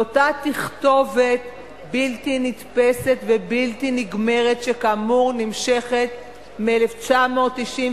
לאותה תכתובת בלתי נתפסת ובלתי נגמרת שכאמור נמשכת מ-1999,